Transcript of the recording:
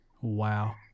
Wow